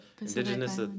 Indigenous